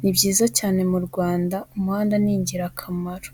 ni byiza cyane mu Rwanda umuhanda ni ingirakamaro.